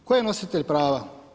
Tko je nositelj prava?